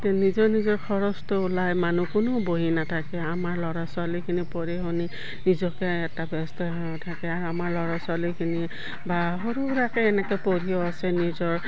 তে নিজৰ নিজৰ খৰচটো ওলাই মানুহ কোনো বহি নাথাকে আমাৰ ল'ৰা ছোৱালীখিনি পঢ়ি শুনি নিজকে এটা ব্যস্ত হৈ থাকে আৰু আমাৰ ল'ৰা ছোৱালীখিনি বা সৰু সুৰাকৈ এনেকৈ পঢ়িও আছে নিজৰ